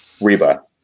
Reba